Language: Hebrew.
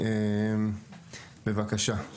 בבקשה.